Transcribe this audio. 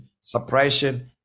suppression